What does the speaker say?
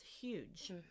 huge